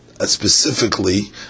specifically